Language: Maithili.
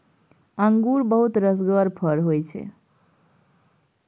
अंगुर बहुत रसगर फर होइ छै